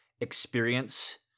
experience